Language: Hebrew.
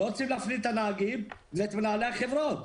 אנחנו לא רוצים להפליל את הנהגים ואת מנהלי החברות,